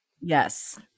Yes